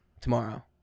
Tomorrow